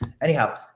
Anyhow